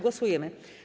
Głosujemy.